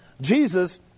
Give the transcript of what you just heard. Jesus